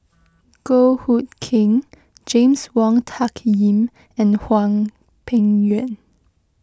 Goh Hood Keng James Wong Tuck Yim and Hwang Peng Yuan